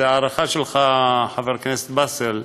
זו ההערכה שלך, חבר הכנסת באסל,